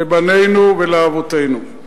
לבנינו ולאבותינו.